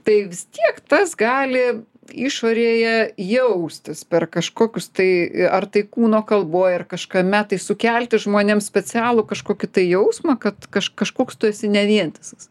tai vis tiek tas gali išorėje jaustis per kažkokius tai ar tai kūno kalboj ar kažką meta sukelti žmonėms specialų kažkokį tai jausmą kad kaž kažkoks tu esi ne vientisas